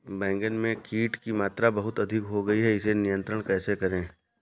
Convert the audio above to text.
बैगन में कीट की मात्रा बहुत अधिक हो गई है इसे नियंत्रण कैसे करें?